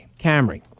Camry